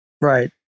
Right